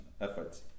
efforts